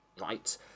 Right